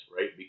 Right